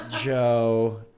Joe